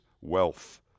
wealth